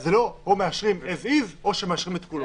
זה לא או מאשרים as is או שמאשרים את כולו.